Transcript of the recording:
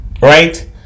Right